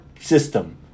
system